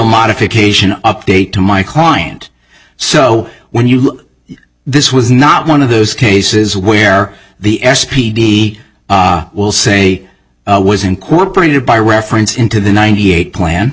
modification update to my client so when you look this was not one of those cases where the s p d will say it was incorporated by reference into the ninety eight plan